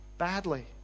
Badly